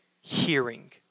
hearing